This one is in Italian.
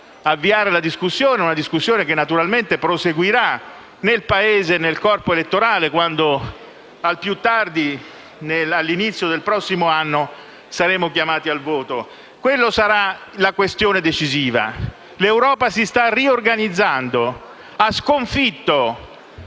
avviare una discussione che naturalmente proseguirà nel Paese e nel corpo elettorale, quando, al più tardi all'inizio del prossimo anno, saremo chiamati al voto. Quella sarà la questione decisiva. L'Europa si sta riorganizzando: ha sconfitto